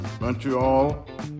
Montreal